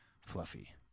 fluffy